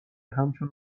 همچون